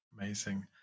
Amazing